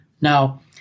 Now